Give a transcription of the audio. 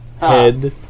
head